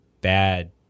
bad